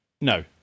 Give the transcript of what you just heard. No